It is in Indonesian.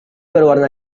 berwarna